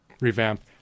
revamp